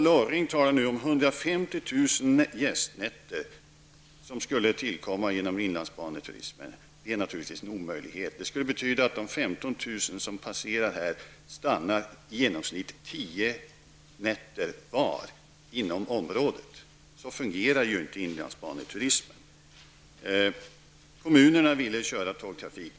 Ulla Orring talade om 150 000 gästnätter, som skulle vara beroende av inlandsbaneturismen. Det är naturligtvis en omöjlighet. Det skulle betyda att de 15 000 som passerar här stannade i genomsnitt tio nätter var inom området. Så fungerar ju inte inlandsbaneturismen. Kommunerna ville köra tågtrafik.